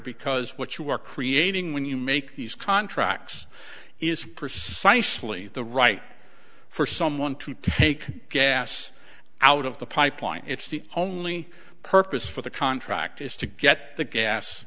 because what you are creating when you make these contracts is precisely the right for someone to take gas out of the pipeline it's the only purpose for the contract is to get the gas